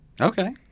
Okay